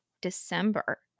December